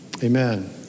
Amen